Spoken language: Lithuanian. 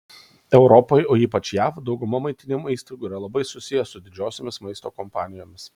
europoje o ypač jav dauguma maitinimo įstaigų yra labai susiję su didžiosiomis maisto kompanijomis